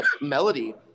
Melody